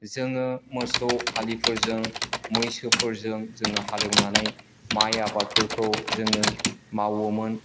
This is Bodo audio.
जोङो मोसौ हालिफोरजों मैसोफोरजों जोङो हालिवनानै माइ आबादफोरखौ जोङो मावोमोन